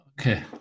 okay